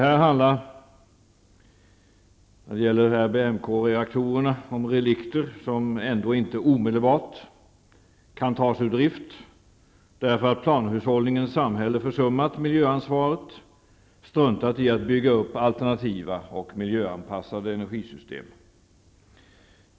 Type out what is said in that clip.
När det gäller RBMK-reaktorerna handlar det om relikter som inte kan tas ur drift omedelbart, därför att planhushållningens samhälle försummat miljöansvaret och struntat i att bygga upp alternativa och miljöanpassade energisystem.